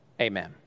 amen